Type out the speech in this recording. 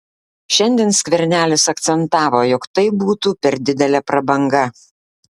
šiandien skvernelis akcentavo jog tai būtų per didelė prabanga